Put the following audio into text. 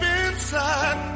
inside